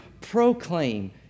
proclaim